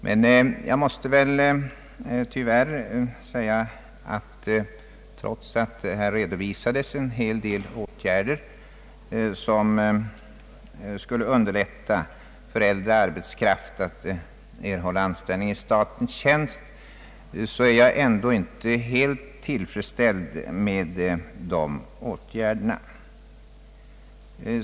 Men jag måste tyvärr säga att trots att här redovisades en hel del åtgärder som skulle underlätta för äldre arbetskraft att erhålla anställning i statens tjänst, är jag ändå inte helt tillfredsställd med dessa åtgärder.